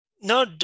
No